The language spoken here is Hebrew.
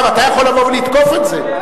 אתה יכול לבוא ולתקוף את זה.